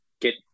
get